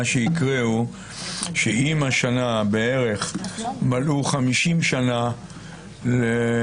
מה שיקרה הוא שאם השנה מלאו 50 שנה לפרסום